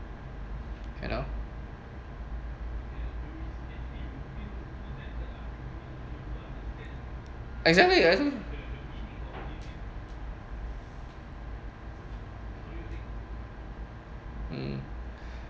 you know exactly exactly mm